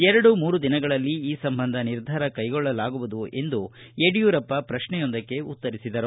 ಎರಡೂ ಮೂರು ದಿನಗಳಲ್ಲಿ ಈ ಸಂಬಂಧ ನಿರ್ಧಾರ ಕೈಗೊಳ್ಳಲಾಗುವುದು ಎಂದು ಯಡಿಯೂರಪ್ಪ ಪ್ರತ್ನೆಯೊಂದಕ್ಕೆ ಉತ್ತರಿಸಿದರು